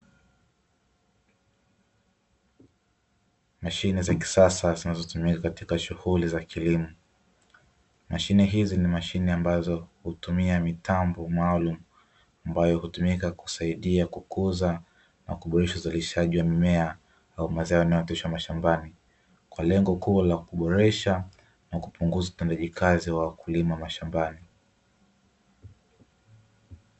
Mashine za kisasa zinazotumika katika shughuli za kilimo, mashine hizi ni mashine ambazo hutumia mitambo maalum ambayo hutumika kusaidia kukuza na kuboresha uzalishaji wa mimea au mazao kisha mashambani, na lengo kuu la kuboresha na kupunguza utendaji kazi wa wakulima mashambani.